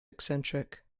eccentric